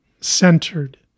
centered